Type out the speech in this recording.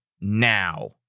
now